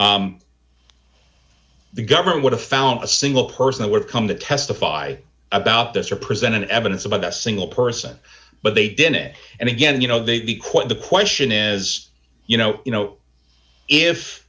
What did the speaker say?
injury the government would have found a single person that would come to testify about this or presented evidence about that single person but they did it and again you know they'd be quite the question is you know you know if